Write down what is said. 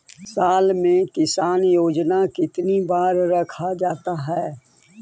साल में किसान योजना कितनी बार रखा जाता है?